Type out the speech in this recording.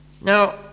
Now